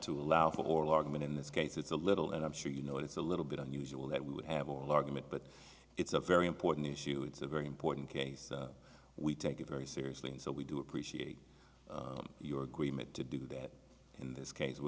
to allow for oral argument in this case it's a little and i'm sure you know it's a little bit unusual that we would have oral argument but it's a very important issue it's a very important case we take it very seriously and so we do appreciate your agreement to do that in this case we're